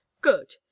good